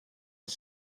als